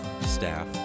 staff